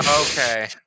Okay